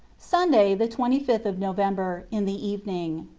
sunday, the twenty fifth of november, in the evening.